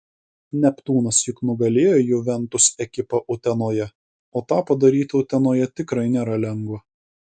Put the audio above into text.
neptūnas juk nugalėjo juventus ekipą utenoje o tą padaryti utenoje tikrai nėra lengva